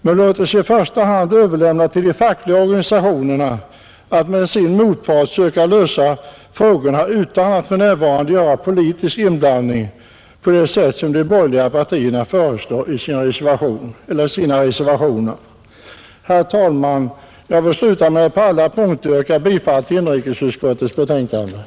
Men låt oss i första hand överlämna till de fackliga organisationerna att med sin motpart söka lösa frågorna utan att för närvarande göra politisk inblandning på det sätt som de borgerliga partierna föreslår i sina reservationer. Herr talman! Jag vill sluta med att på alla punkter yrka bifall till inrikesutskottets hemställan.